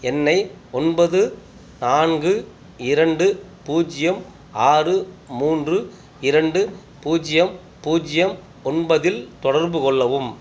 என்னை ஒன்பது நான்கு இரண்டு பூஜ்ஜியம் ஆறு மூன்று இரண்டு பூஜ்ஜியம் பூஜ்ஜியம் ஒன்பதில் தொடர்பு கொள்ளவும்